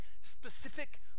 specific